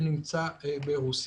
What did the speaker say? שנמצא ברוסיה.